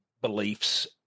beliefs